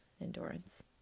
Endurance